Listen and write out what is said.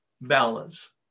Balance